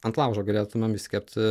ant laužo galėtumėm išsikepti